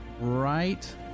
right